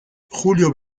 julio